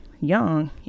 young